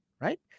right